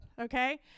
okay